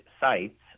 sites